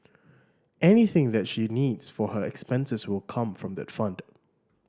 anything that she needs for her expenses will come from that fund